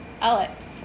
Alex